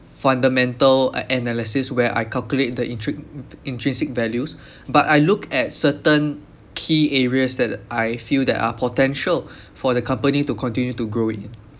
fundamental a~ analysis where I calculate the intric intrinsic values but I look at certain key areas that I feel that are potential for the company to continue to grow in